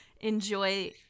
Enjoy